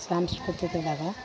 ಸಾಂಸ್ಕೃತಿಕದಾಗ